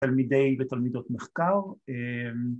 ‫תלמידי ותלמידות מחקר.